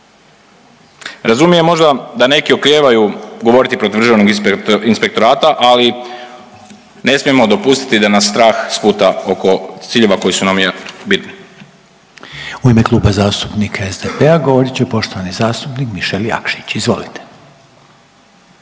Razumijem možda da neki oklijevaju govoriti protiv Državnog inspektorata, ali ne smije dopustiti da nas strah sputa oko ciljeva koji su nam bitni. **Reiner, Željko (HDZ)** U ime Kluba zastupnika SDP-a govorit će poštovani zastupnik Mišel Jakšić. Izvolite.